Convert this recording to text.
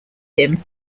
him